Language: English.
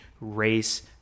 race